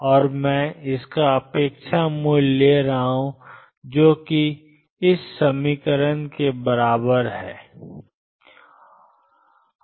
और मैं इसका अपेक्षा मूल्य ले रहा हूं जो कि ⟨xp⟩ ⟨x⟩⟨p⟩ ⟨x⟩⟨p⟩⟨x⟩⟨p⟩ के अलावा और कुछ नहीं है